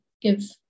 give